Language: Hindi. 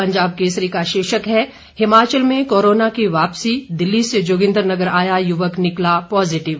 पंजाब केसरी का शीर्षक है हिमाचल में कोरोना की वापसी दिल्ली से जोगिंद्रनगर आया युवक निकला पॉजिटिव